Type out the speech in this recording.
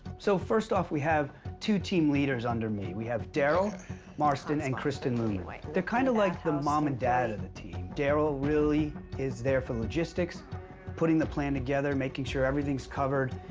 so first off, we have two team leaders under me. we have daryl marston and kristen luman. they're kind of like the mom and dad of the team. daryl really is there for logistics putting the plan together, making sure everything's covered,